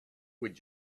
would